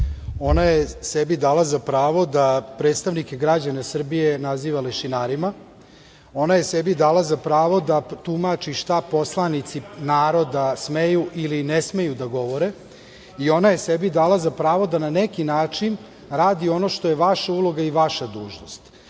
Ona je sebi dala za pravo da predstavnike građana Srbije naziva lešinarima, ona je sebi dala za pravo da tumači šta poslanici naroda smeju ili ne smeju da govore i ona je sebi dala za pravo da, na neki način, radi ono što je vaša uloga i vaša dužnost.